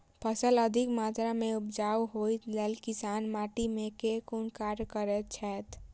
फसल अधिक मात्रा मे उपजाउ होइक लेल किसान माटि मे केँ कुन कार्य करैत छैथ?